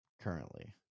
currently